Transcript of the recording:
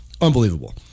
Unbelievable